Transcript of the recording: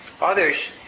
Others